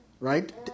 Right